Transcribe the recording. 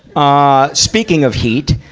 ah speaking of heat,